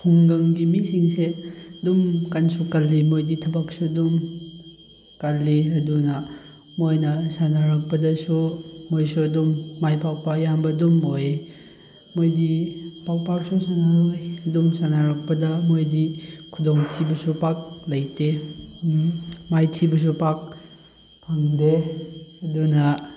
ꯈꯨꯡꯒꯪꯒꯤ ꯃꯤꯁꯤꯡꯁꯦ ꯑꯗꯨꯝ ꯀꯟꯁꯨ ꯀꯜꯂꯤ ꯃꯣꯏꯗꯤ ꯊꯕꯛꯁꯨ ꯑꯗꯨꯝ ꯀꯜꯂꯤ ꯑꯗꯨꯅ ꯃꯣꯏꯅ ꯁꯥꯟꯅꯔꯛꯄꯗꯁꯨ ꯃꯣꯏꯁꯨ ꯑꯗꯨꯝ ꯃꯥꯏ ꯄꯥꯛꯄ ꯑꯌꯥꯝꯕ ꯑꯗꯨꯝ ꯑꯣꯏ ꯃꯣꯏꯒꯤ ꯄꯥꯛ ꯄꯥꯛꯁꯨ ꯁꯥꯟꯅꯔꯣꯏ ꯑꯗꯨꯝ ꯁꯥꯟꯅꯔꯛꯄꯗ ꯃꯣꯏꯗꯤ ꯈꯨꯗꯣꯡꯊꯤꯕꯁꯨ ꯄꯥꯛ ꯂꯩꯇꯦ ꯃꯥꯏꯊꯤꯕꯁꯨ ꯄꯥꯛ ꯐꯪꯗꯦ ꯑꯗꯨꯅ